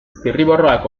zirriborroak